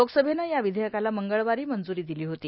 लोकसभेनं या विधेयकाला मंगळवारी मंजूरी दिली होती